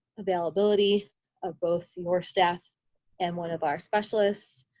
availability of both your staff and one of our specialists.